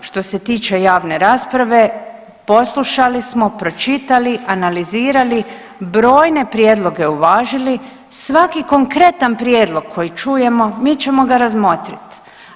Što se tiče javne rasprave poslušali smo, pročitali, analizirali, brojne prijedloge uvažili, svaki konkretan prijedlog koji čujemo mi ćemo ga razmotriti.